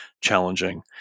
challenging